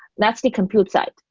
that's the compute side.